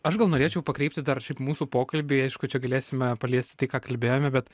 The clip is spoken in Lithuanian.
aš gal norėčiau pakreipti dar šiaip mūsų pokalbį aišku čia galėsime paliesti tai ką kalbėjome bet